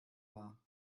war